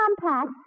compact